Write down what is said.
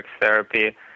therapy